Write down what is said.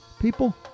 People